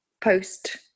post